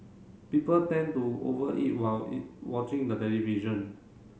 people tend to over eat while watching the television